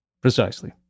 Precisely